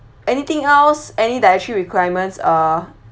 anything else any dietary requirements uh